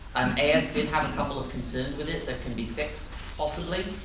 as did have a couple of concerns with it that can be fixed possibly,